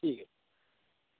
ठीक ऐ